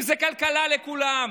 אם זה כלכלה לכולם,